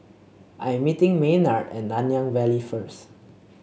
I'm meeting Maynard at Nanyang Valley first